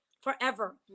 forever